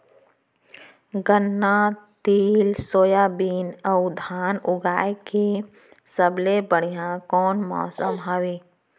गन्ना, तिल, सोयाबीन अऊ धान उगाए के सबले बढ़िया कोन मौसम हवये?